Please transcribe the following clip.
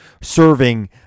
serving